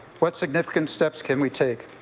what significant steps can we take?